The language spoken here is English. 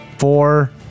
four